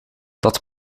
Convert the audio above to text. dat